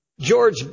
George